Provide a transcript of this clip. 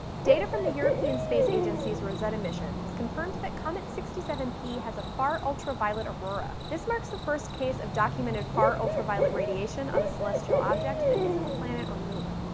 data from the european space agency's rosetta mission has confirmed that comet sixty seven p has a far-ultraviolet aurora. this marks the first case of documented far-ultraviolet radiation on a celestial object that isn't a planet or moon.